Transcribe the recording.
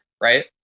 right